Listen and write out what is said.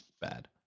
bad